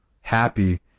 happy